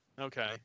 okay